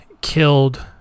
killed